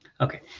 Okay